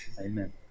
Amen